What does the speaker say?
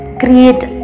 create